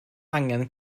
angen